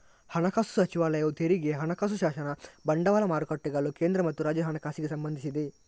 ಹಣಕಾಸು ಸಚಿವಾಲಯವು ತೆರಿಗೆ, ಹಣಕಾಸು ಶಾಸನ, ಬಂಡವಾಳ ಮಾರುಕಟ್ಟೆಗಳು, ಕೇಂದ್ರ ಮತ್ತು ರಾಜ್ಯ ಹಣಕಾಸಿಗೆ ಸಂಬಂಧಿಸಿದೆ